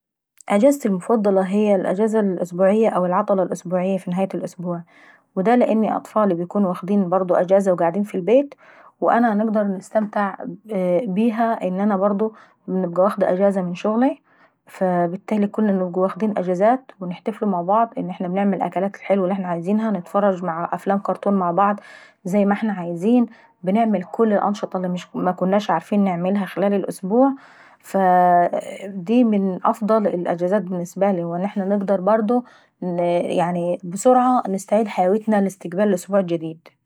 اجازتي المفضلة هي الاجازة الأسبوعية او العطلة الأسبوعية في نهاية الأسبوع. ودا لان اطفالي بيكونوا برضه واخدين إجازة وقاعدين في البيت ، وانا نقدر نستمتع بيها لان انا برضه بابقى واخدة من شغلاي، فالبتالي كلنا بنبقوا واخدين اجازات، وبنحتفلوا مع بعض ونعملوا الوكلات الحلوة اللي احنا عاوزينها، ونتفرجوا ع الكرتون مع بعض زي ما احنا عايزين. وبمنعملوا كل الانشطة اللي مكناش عارفين نعملوها خلال الاسبوع، فدي من افضل الاجازات بالنسبة لي لان احنا برضه بنقدروا بسرعة نستعيد حيويتنا لاستقبال الاسبوع.